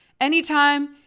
Anytime